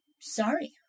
sorry